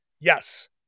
Yes